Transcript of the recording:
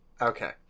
Okay